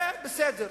זה בסדר.